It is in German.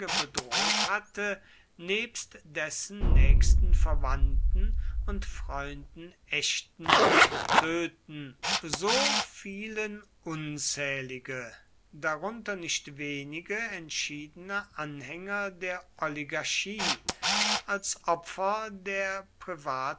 bedroht hatte nebst dessen nächsten verwandten und freunden ächten und töten so fielen unzählige darunter nicht wenige entschiedene anhänger der oligarchie als opfer der